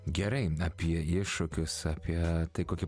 gerai apie iššūkius apie tai kokie